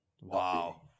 wow